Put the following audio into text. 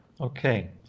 okay